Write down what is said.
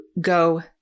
go